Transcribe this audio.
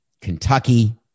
Kentucky